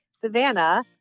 Savannah